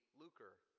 lucre